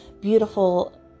beautiful